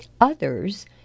Others